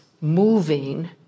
moving